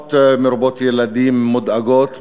משפחות מרובות ילדים מודאגות,